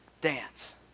dance